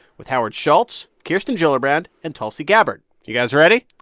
with howard schultz, kirsten gillibrand and tulsi gabbard. you guys ready?